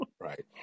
right